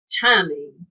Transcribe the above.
Timing